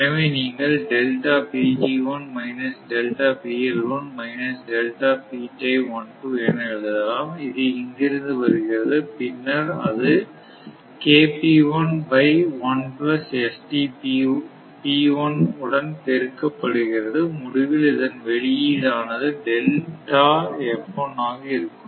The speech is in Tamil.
எனவே நீங்கள் என எழுதலாம் இது இங்கிருந்து வருகிறது பின்னர் அதுஉடன் பெருக்க படுகிறது முடிவில் இதன் வெளியீடு ஆனதுஆக இருக்கும்